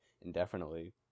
Indefinitely